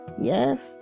yes